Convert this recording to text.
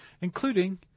including